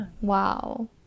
wow